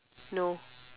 no